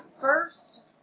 first